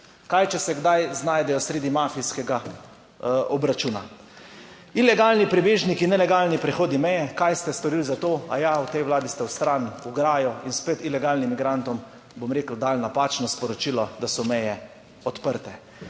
Kaj če se kdaj znajdejo sredi mafijskega obračuna, ilegalni prebežniki, nelegalni prehodi meje? Kaj ste storili za to? A ja, v tej vladi ste odstranili ograjo in spet ilegalnim migrantom bom rekel dali napačno sporočilo, da so meje odprte.